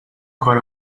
کار